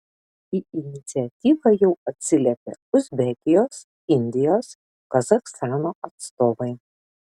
į iniciatyvą jau atsiliepė uzbekijos indijos kazachstano atstovai